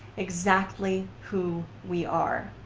exactly who we are.